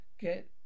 Get